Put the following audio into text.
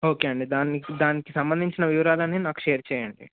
okay అండి దానికి దానికి సంబంధించిన వివరాలన్ని నాకు షేర్ చేయండి